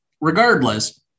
Regardless